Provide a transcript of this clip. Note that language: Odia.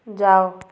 ଯାଅ